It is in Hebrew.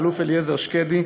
האלוף אליעזר שקדי,